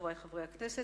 חברי חברי הכנסת,